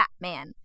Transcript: Batman